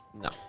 No